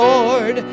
Lord